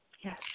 Yes